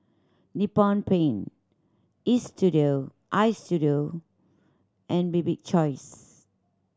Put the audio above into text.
Nippon Paint Istudio and Bibik choice